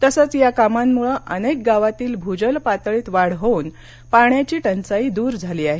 तसंच या कामांमुळं अनेक गावांतील भूजल पातळीत वाढ होऊन पाण्याची टंचाई दूर झाली आहे